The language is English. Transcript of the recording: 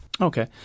Okay